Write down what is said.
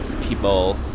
people